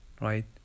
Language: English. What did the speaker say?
right